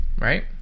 right